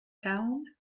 town